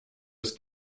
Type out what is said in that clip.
ist